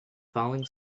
falling